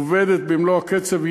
עובדת במלוא הקצב.